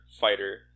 fighter